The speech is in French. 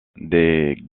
des